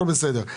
הכול בסדר.